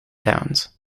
downs